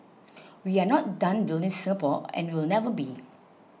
we are not done building Singapore and we will never be